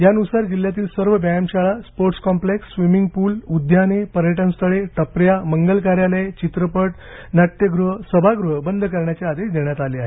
यानुसार जिल्ह्यातील सर्व व्यायामशाळा स्पोर्टस कॉम्प्लेक्स स्विमिंग पूल उद्याने पर्यटनस्थळे टपऱ्या मंगल कार्यालये चित्रपट नाट्यगृह सभागृह बंद करण्याचे आदेश देण्यात आले आहेत